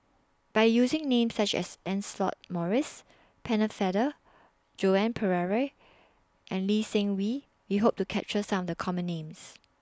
By using Names such as Lancelot Maurice Pennefather Joan Pereira and Lee Seng Wee We Hope to capture Some The Common Names